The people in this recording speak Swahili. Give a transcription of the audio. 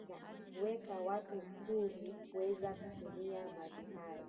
na kuweka watu huru kuweza kuyatumia maji haya.